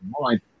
mind